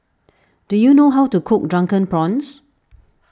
do you know how to cook Drunken Prawns